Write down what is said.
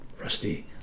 rusty